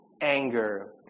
anger